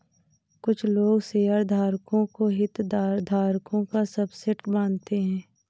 कुछ लोग शेयरधारकों को हितधारकों का सबसेट मानते हैं